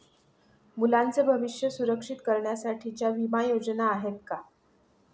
मुलांचे भविष्य सुरक्षित करण्यासाठीच्या विमा योजना आहेत का?